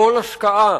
כל השקעה